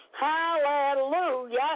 Hallelujah